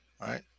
Right